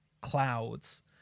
clouds